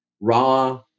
raw